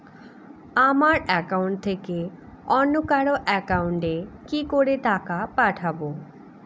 আমার একাউন্ট থেকে অন্য কারো একাউন্ট এ কি করে টাকা পাঠাবো?